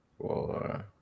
four